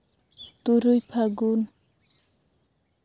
ᱛᱩᱨᱩᱭ ᱯᱷᱟᱹᱜᱩᱱ